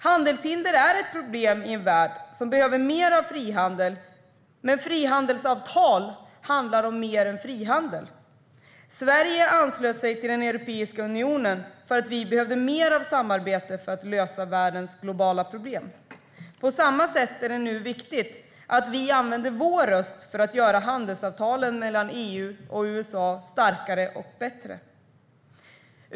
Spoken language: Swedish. Handelshinder är ett problem i en värld som behöver mer frihandel, men frihandelsavtal handlar om mer än frihandel. Sverige anslöt sig till Europeiska unionen för att vi behövde mer av samarbete för att lösa globala problem. På samma sätt är det nu viktigt att vi använder vår röst för att göra handelsavtalen mellan EU och USA starkare och bättre.